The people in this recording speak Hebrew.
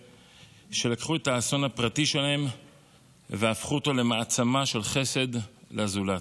שלקחו את האסון הפרטי שלהן והפכו אותו למעצמה של חסד לזולת.